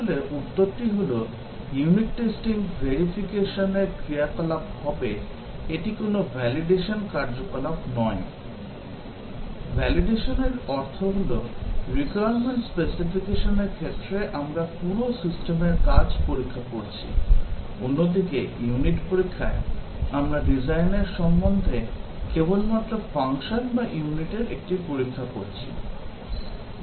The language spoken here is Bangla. আসলে উত্তরটি হল ইউনিট টেস্টিং verification এর ক্রিয়াকলাপ হবে এটি কোনও validation কার্যকলাপ নয় validation র অর্থ হল requirement specification র ক্ষেত্রে আমরা পুরো সিস্টেমের কাজ পরীক্ষা করছি অন্যদিকে ইউনিট পরীক্ষায় আমরা ডিজাইনের সম্বন্ধে কেবলমাত্র ফাংশন বা ইউনিটের একটি পরীক্ষা করছি